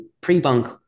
pre-bunk